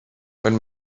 wenn